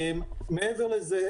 מעבר לזה,